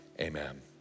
amen